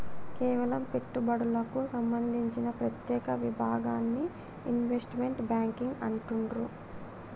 కేవలం పెట్టుబడులకు సంబంధించిన ప్రత్యేక విభాగాన్ని ఇన్వెస్ట్మెంట్ బ్యేంకింగ్ అంటుండ్రు